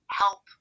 help